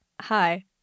hi